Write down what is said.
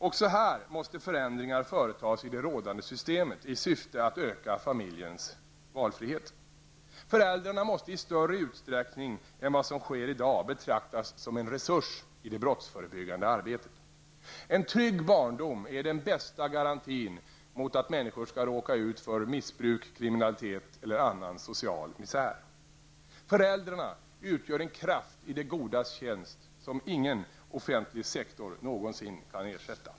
Också här måste förändringar företas i det rådande systemet i syfte att öka familjens valfrihet. Föräldrarna måste i större utsträckning än vad som sker i dag betraktas som en resurs i det brottsförebyggande arbetet. En trygg barndom är den bästa garantin mot att människor skall hamna i missbruk, kriminalitet eller annan social misär. Föräldrarna utgör en kraft i det godas tjänst som ingen offentlig sektor någonsin kan ersätta.